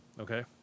Okay